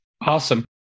Awesome